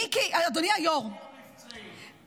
מיקי, אדוני היו"ר, תחקיר מבצעי.